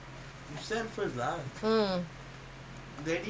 ten years